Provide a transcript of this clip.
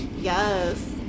Yes